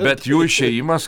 bet jų išėjimas